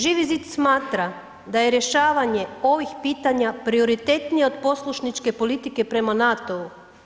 Živi zid smatra da je rješavanje ovih pitanja prioritetnije od poslušničke politike prema NATO-u.